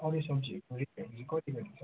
अरू सब्जीहरूको कति कति छ